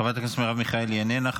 חברת הכנסת מרב מיכאלי, איננה.